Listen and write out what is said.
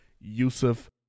Yusuf